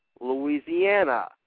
Louisiana